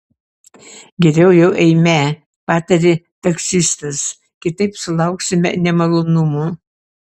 geriau jau eime patarė taksistas kitaip sulauksime nemalonumų